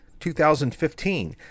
2015